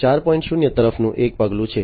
0 તરફનું એક પગલું છે